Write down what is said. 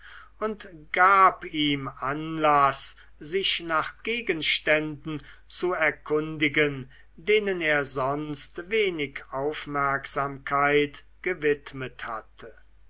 und gab ihm anlaß sich nach gegenständen zu erkundigen denen er sonst wenig aufmerksamkeit gewidmet hatte